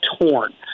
torn